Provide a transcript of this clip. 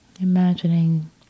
Imagining